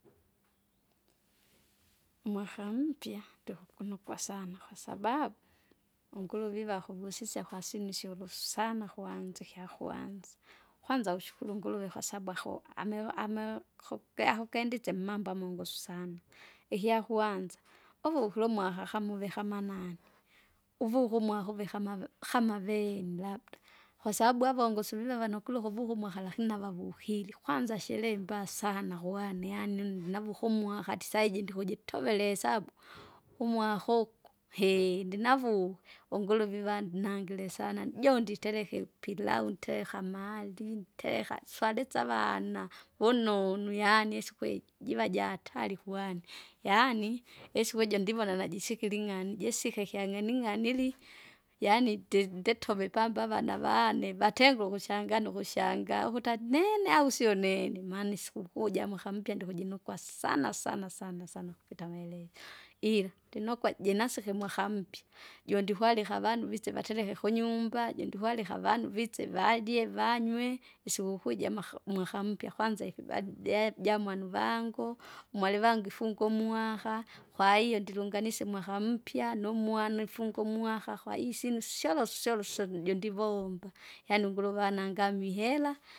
Mwaka mpya ndikukunokwa sana kwasababu? unguru vivako vusisya kwasinisyo ulusana kuanza ikyakwanza. Kwanza ushukuru unguruve kwasabu ako- ameva- ameva kukyahu ukendiche mmambo amungusu sana; ikyakwanza, uvukile umwaka kamuve kama nani, uvuke umwaka uvike amavi- hama vini labda, kwasabu avangu usulila vana kula ukuvuka umwaka lakini navavukire kwanza sherehe imba sana kuwani yaani ni- ni- navukumwaka tsaiji ndikujitovela iesabu kumwaka uku hee! ndinavuu. Unguluvi vani nagire sana jonditereke pilau ntereka amali, ntereka swalisavana, vunonwi yaani isikwi iji jiva jahatari kwane. Yaani, isiku iji ndivona nasikira ing'ani jisike kyang'aning'ani ili, yaani di- nditove pambava navane vatengu ukushngana ukushangaa ukuta anene au sio nene maana isikukuu jamwaka mpya ndikunokwa sana sana sana sana kupita maelezo. Ila ndinokwa jinasike umwaka mpya, jondikwalika avandu vise vatereke kunyumba jindikwalika avanu vise varye vanywe, isikukuu jamaka- mwakampya kwanza ikibadi- jai- jamwana uvangu. Umwari wangu ifunga umwaka, kwahiyo ndilunganisye mwakampya, numwana ifunga umwka kwaio isinu syorosyoroso jundivomba, yaana yaani nguruvananga mihera.